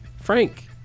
Frank